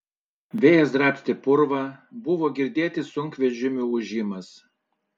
vėjas drabstė purvą buvo girdėti sunkvežimių ūžimas